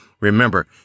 Remember